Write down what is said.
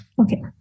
Okay